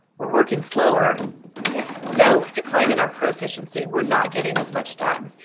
we're working slower yeah so decline in our proficiency, we're not getting as much done.